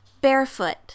barefoot